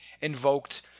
invoked